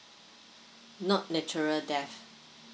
not natural death